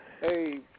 Hey